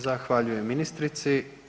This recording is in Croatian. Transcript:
Zahvaljujem ministrici.